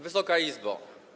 Wysoka Izbo!